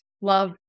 love